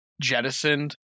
jettisoned